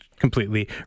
completely